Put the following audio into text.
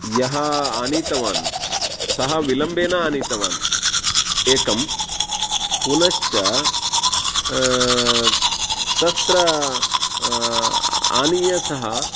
यः आनीतवान् सः विलम्बेन आनीतवान् एकं पुनश्च तत्र आनीय सः